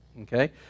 Okay